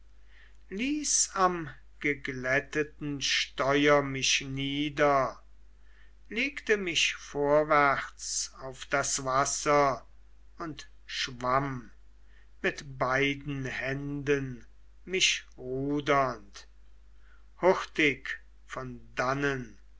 ließ am geglätteten steuer mich nieder legte mich vorwärts auf das wasser und schwamm mit beiden händen mich rudernd hurtig von dannen